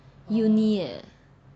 uni 耶